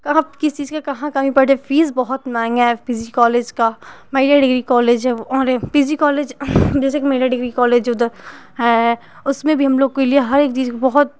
आप किस चीज के कहाँ कम पड़े फीस बहुत महंगे हैं पी जी कॉलेज का महिला डिग्री कॉलेज है वो और पी जी कॉलेज महिला डिग्री कॉलेज है वो ह उसमें भी हम लोग के लिए हर चीज बहुत